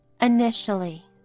Initially